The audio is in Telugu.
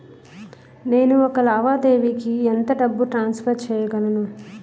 నేను ఒక లావాదేవీకి ఎంత డబ్బు ట్రాన్సఫర్ చేయగలను?